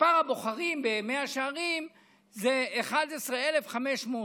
מספר הבוחרים במאה שערים זה 11,500 בוחרים.